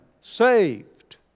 saved